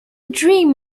dream